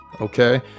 okay